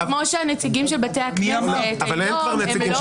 זה כמו שהנציגים של בתי הכנסת היום הם לא